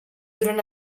durant